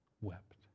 wept